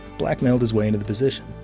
blackmailed his way into the position.